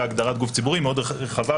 והגדרת גוף ציבורי מאוד רחבה,